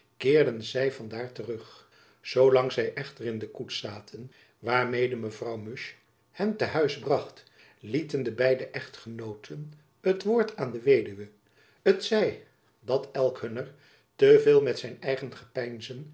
keerden zy van daar terug zoo lang zy echter in de koets zaten waarmede mevrouw musch hen t'huis bracht lieten de beide echtgenooten het woord aan de weduwe t zij dat elk hunner te veel met zijn eigen gepeinzen